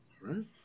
Right